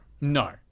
No